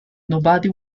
nobody